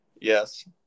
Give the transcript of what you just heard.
Yes